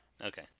Okay